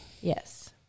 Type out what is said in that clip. yes